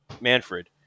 Manfred